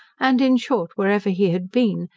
and in short wherever he had been,